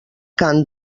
cant